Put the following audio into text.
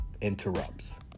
Interrupts